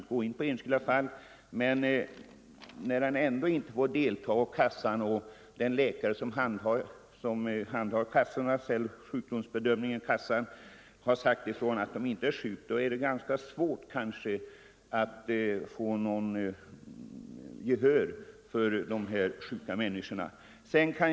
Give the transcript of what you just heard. När tre läkare sjukskrivit en person och denne ändå inte får delta i en resa därför att kassan och den läkare som handhar sjukdomsbedömningen vid kassan har sagt ifrån att han inte är sjuk är det kanske ganska svårt att få gehör för den enskilda människans önskemål.